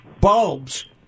bulbs